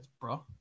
bro